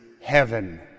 heaven